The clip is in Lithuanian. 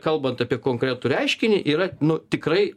kalbant apie konkretų reiškinį yra nu tikrai